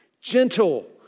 Gentle